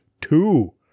two